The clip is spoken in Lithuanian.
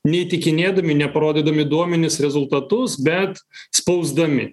ne įtikinėdami ne parodydami duomenis rezultatus bet spausdami